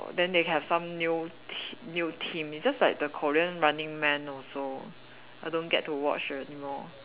then they have some new te~ new team it's just like the Korean running man also I don't get to watch anymore